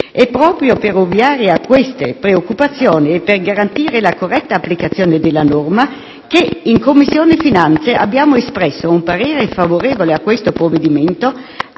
È proprio per ovviare a queste preoccupazioni e per garantire la corretta applicazione della norma che in Commissione finanze abbiamo espresso un parere favorevole al provvedimento,